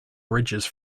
bridges